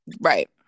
Right